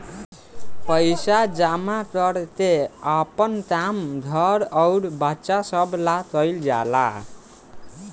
पइसा जमा कर के आपन काम, घर अउर बच्चा सभ ला कइल जाला